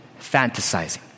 fantasizing